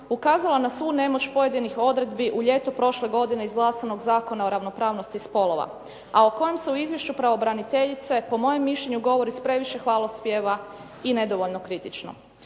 ukazala na svu nemoć pojedinih odredbi u ljeto prošle godine izglasanog Zakona o ravnopravnosti spolova, a o kojem u izvješću pravobraniteljice po mojem mišljenju govori s previše hvalospjeva i nedovoljno kritično.